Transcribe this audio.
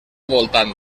voltant